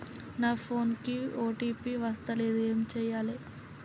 నా ఫోన్ కి ఓ.టీ.పి వస్తలేదు ఏం చేయాలే?